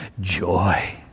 joy